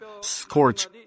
scorch